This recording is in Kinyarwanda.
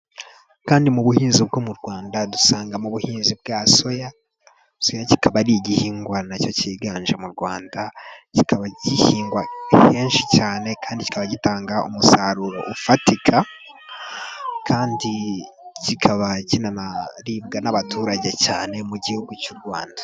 Kandi mu buhinzi bwo mu Rwanda dusanga mu buhinzi bwa soya, soya kikaba ari igihingwa nacyo cyiganje mu Rwanda, kikaba gihingwa henshi cyane kandi kikaba gitanga umusaruro ufatika, kandi kikaba kinanaribwa n'abaturage cyane mu gihugu cy'u Rwanda.